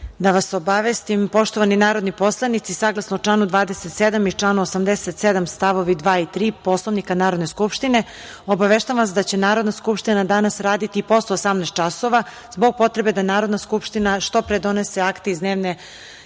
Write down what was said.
da vas obavestim. Poštovani narodni poslanici, saglasno članu 27. i članu 87. stavovi 2. i 3. Poslovnika Narodne skupštine, obaveštavam vas da će Narodna skupština danas raditi i posle 18.00 časova, zbog potrebe da Narodna skupština što pre donese akte iz dnevnog